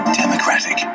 democratic